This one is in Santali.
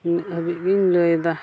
ᱱᱤᱱᱟᱹᱜ ᱫᱷᱟᱹᱵᱤᱡ ᱜᱮᱧ ᱞᱟᱹᱭᱮᱫᱟ